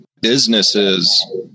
businesses